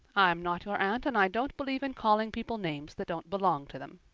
i'm not your aunt and i don't believe in calling people names that don't belong to them.